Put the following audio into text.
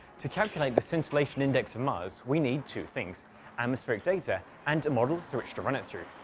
to calculate the scintillation index of mars we need two things atmospheric data, and a model through which to run it through.